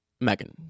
Megan